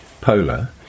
polar